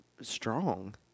strong